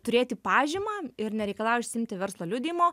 turėti pažymą ir nereikalauja išsiimti verslo liudijimo